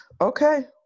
Okay